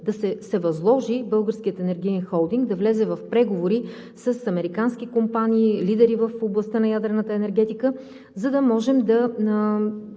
да се възложи на Българския енергиен холдинг да влезе в преговори с американски компании лидери в областта на ядрената енергетика, за да може да